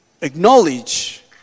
acknowledge